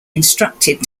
instructed